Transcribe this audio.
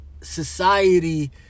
society